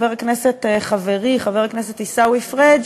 חברי חבר הכנסת עיסאווי פריג',